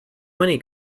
money